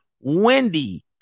Wendy